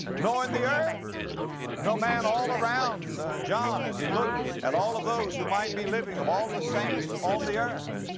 nor in the earth no man all around, ah, john as he looked at and all of those who might be living, of all of the saints on the earth.